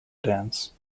dance